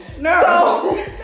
No